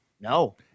No